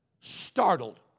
Startled